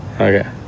Okay